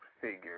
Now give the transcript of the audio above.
figure